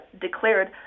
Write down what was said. declared